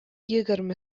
егерме